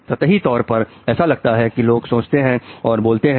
सतही तौर पर ऐसा लगता है कि लोग सोचते हैं और बोलते हैं